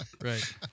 Right